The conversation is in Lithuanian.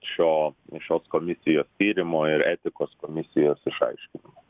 šio šios komisijos tyrimo ir etikos komisijos išaiškinimo